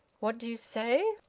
what do you say?